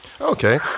Okay